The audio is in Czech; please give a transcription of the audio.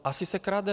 Asi se krade.